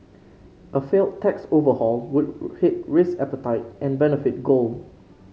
a failed tax overhaul would hit risk appetite and benefit gold